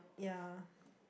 yeah